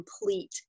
complete